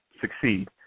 succeed